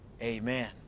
amen